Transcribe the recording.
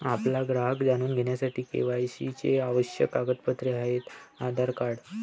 आपला ग्राहक जाणून घेण्यासाठी के.वाय.सी चे आवश्यक कागदपत्रे आहेत आधार कार्ड